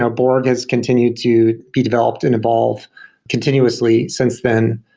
ah borg has continued to be developed and evolve continuously. since then,